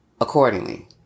accordingly